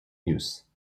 use